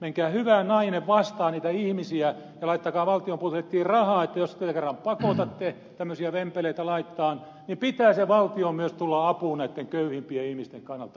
menkää hyvä nainen vastaan niitä ihmisiä ja laittakaa valtion budjettiin rahaa että jos te kerran pakotatte tämmöisiä vempeleitä laittamaan niin pitää sen valtion myös tulla apuun näitten köyhimpien ihmisten kannalta